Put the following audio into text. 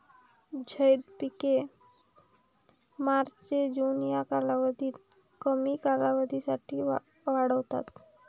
झैद पिके मार्च ते जून या कालावधीत कमी कालावधीसाठी वाढतात